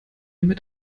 mit